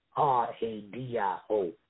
R-A-D-I-O